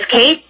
Kate